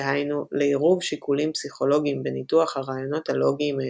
דהיינו לעירוב שיקולים פסיכולוגיים בניתוח הרעיונות הלוגיים היסודיים.